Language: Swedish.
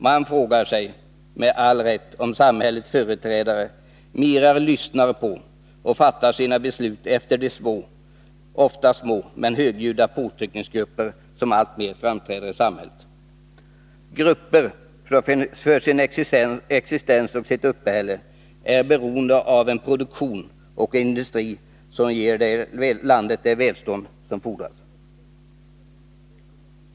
Man frågar sig med all rätt om samhällets företrädare mera lyssnar på och fattar sina beslut efter de ofta små men högljudda påtryckningsgrupper som alltmer framträder i samhället. Det gäller grupper som för sin existens och sitt uppehälle är beroende av en produktion och en industri som ger landet det välstånd som fordras.